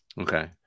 Okay